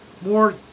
More